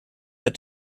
that